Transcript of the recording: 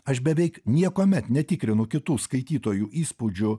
aš beveik niekuomet netikrinu kitų skaitytojų įspūdžių